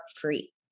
free